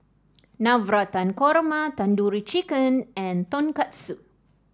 Navratan Korma Tandoori Chicken and Tonkatsu